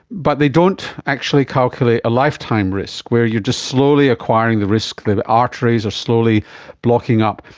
but they don't actually calculate a lifetime risk where you're just slowly acquiring the risk, the arteries are slowly blocking up.